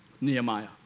Nehemiah